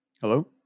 hello